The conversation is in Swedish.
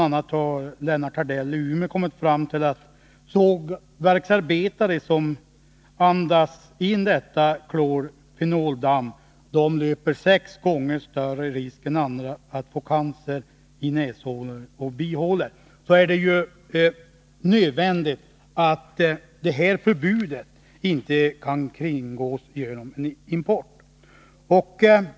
a. har Lennart Hardell i Umeå kommit fram till att sågverksarbetare som andas in klorfenoldamm löper sex gånger större risk än andra att få cancer i näshålor och bihålor. Då är det ju nödvändigt att förbudet inte kan kringgås genom import.